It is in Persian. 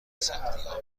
سختیها